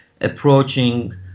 approaching